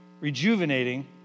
rejuvenating